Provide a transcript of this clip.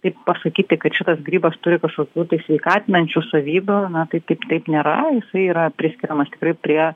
taip pasakyti kad šitas grybas turi kažkokių sveikatinančių savybių na tai taip taip nėra jisai yra priskiriamas tikrai prie